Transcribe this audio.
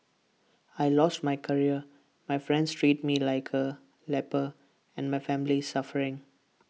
I lost my career my friends treat me like A leper and my family is suffering